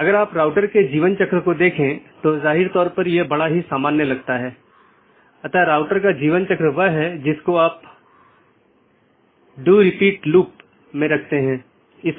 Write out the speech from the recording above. दूसरे अर्थ में हमारे पूरे नेटवर्क को कई ऑटॉनमस सिस्टम में विभाजित किया गया है जिसमें कई नेटवर्क और राउटर शामिल हैं जो ऑटॉनमस सिस्टम की पूरी जानकारी का ध्यान रखते हैं